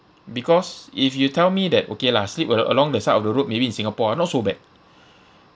because if you tell me that okay lah sleep al~ along the side of the road maybe in singapore ah not so bad